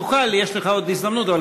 תוכל, יש לך עוד הזדמנות, אבל